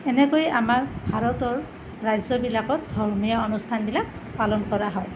এনেকৈয়ে আমাৰ ভাৰতৰ ৰাজ্যবিলাকত ধৰ্মীয় অনুষ্ঠানবিলাক পালন কৰা হয়